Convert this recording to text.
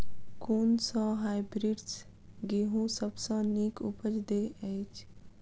कुन सँ हायब्रिडस गेंहूँ सब सँ नीक उपज देय अछि?